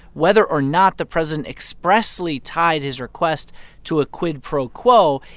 whether or not the president expressly tied his request to a quid pro quo,